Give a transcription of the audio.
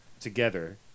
together